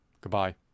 Goodbye